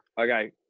Okay